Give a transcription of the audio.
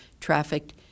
trafficked